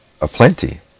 aplenty